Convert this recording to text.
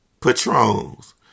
Patrons